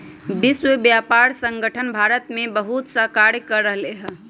विश्व व्यापार संगठन भारत में बहुतसा कार्य कर रहले है